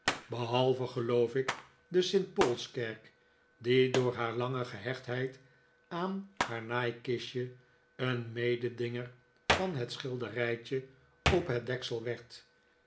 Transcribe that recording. behalve geloof ik de st paulskerk die door haar lange gehechtheid aan haar naaikistje een mededinger van het schilderijtje op net deksel